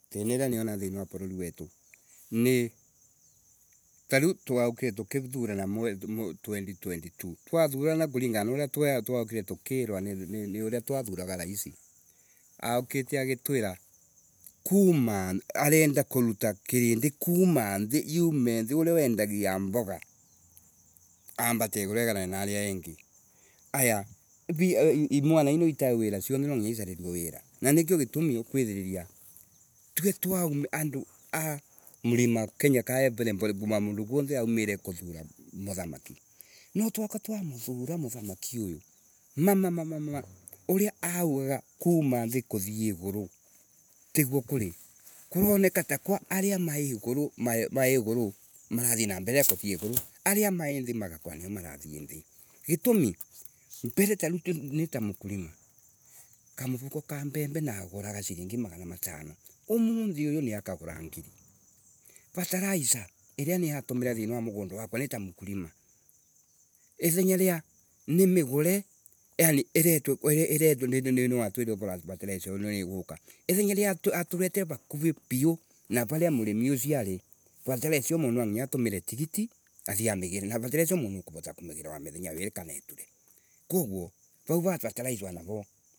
Thina iria niroana thiina wa rorori witu, ni tariu twaukire tukithurana mwerte twenty twenty two twathurana kuringana na uria twaukire tukirwa nini uria twathuraga raisi, aukite agitwira kumaaa arenda kuruta kirindi kuma thi, yume thi uria wendagia mboga, ambate iguru eganane na aria engi. Haya, ri mwana ino ite wira siothe nwanginya isorirue wira, na nikiyo aitumi ukwithiriria tue twauandu a murima Kenya kana epelepele kuma mundu wuothe aumire kuthurana. No twauka twamuthura muthamaki huyu, mamama uria augaga kuma thi kuthii iguru tiguo kuri. Kuroneka tako aria mai iguromai iguru mareenderea kuthii mbere na iguru aria mai thi magakorwa nio Marathi thi. Gitumi mbere ta rio nita mukurima, kamuruko ka bembe naguraga siringi Magana matano. Umuthi huu nirakagura siringi ngiri. Ratalaiza iria niratumira mugundari wakwa nita mukurima, ithenya ya nimigure, yaani iretwe i end iretwenwaniwatirire ratalaisa iyo niiguka. Ithenya ria aturetere rakuri pio, na raria mukurima usio ari, ratelesa iyo mundu nwanginya atumire tiaiti, athii amigire na ratelesa iyo mundu ni akurotho kumigira muthenya kana wa iri na iture. Koguo rau rarataleza wanarooo.